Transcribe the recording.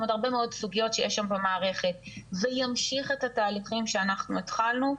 עוד הרבה מאוד סוגיות שיש במערכת וימשיך את התהליכים שאנחנו התחלנו,